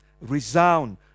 resound